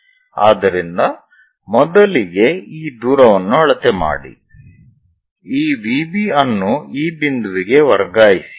ಆದ್ದರಿಂದ ಮೊದಲಿಗೆ ಈ ದೂರವನ್ನು ಅಳತೆ ಮಾಡಿ ಈ VB ಅನ್ನು ಈ ಬಿಂದುವಿಗೆ ವರ್ಗಾಯಿಸಿ